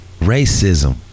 Racism